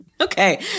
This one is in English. Okay